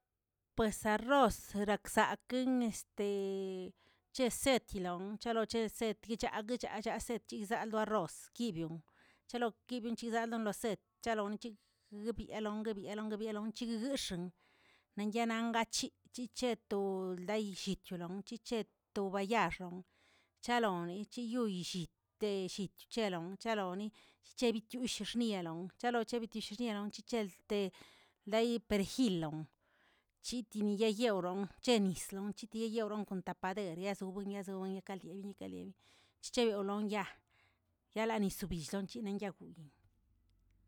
Pues arroz rakzaꞌkin este chesedkilon chalonchensed kichaꞌa kicha sheꞌ sed chizandoꞌo arroz kibion, chalo kibion chizalon lo sed chalon chigbielon gbieloꞌn gbieloꞌn chigꞌguix̱eꞌng lanyalangaꞌc̱hiꞌ chiꞌcheto daꞌillicheron chic̱heꞌ to ba yaaxoꞌn, chalon yuꞌu illit llit cheloni chebitiush xniꞌelon che- chebitiesh xnielon chechelte daꞌyi peregiloꞌn, chiti yeyeuroꞌn che nislon yeyeuron kon tapadereꞌ yazowen yazowen yacalien yacalien chcheuronya ya- yalaꞌa nis wbilldoꞌn chinan yaguwidoꞌu.